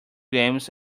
games